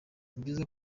nibyiza